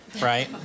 right